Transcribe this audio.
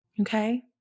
okay